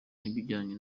n’ibijyanye